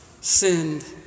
sinned